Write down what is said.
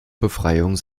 befreiung